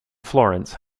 florence